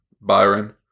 Byron